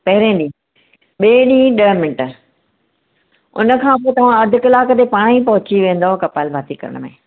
पहिरिएं ॾींहुं ॿिएं ॾींहुं ॾह मिंट उन खां पोइ तव्हां अधु कलाक ते पाण ई पहुची वेंदव कपाल भारती करण में